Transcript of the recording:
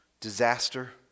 disaster